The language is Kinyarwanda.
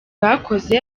bakoze